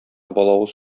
балавыз